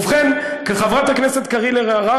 ובכן, חברת הכנסת אלהרר